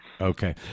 Okay